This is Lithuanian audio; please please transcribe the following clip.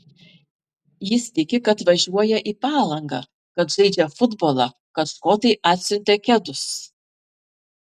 jis tiki kad važiuoja į palangą kad žaidžia futbolą kad škotai atsiuntė kedus